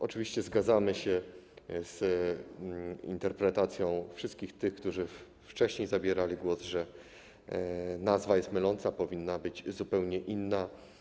Oczywiście zgadzamy się z interpretacją wszystkich tych, którzy wcześniej zabierali głos, mówiąc, że nazwa jest myląca i powinna być zupełnie inna.